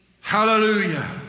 Hallelujah